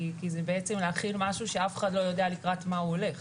כי זה בעצם להחיל משהו שאף אחד לא יודע לקראת מה הוא הולך?